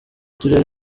turere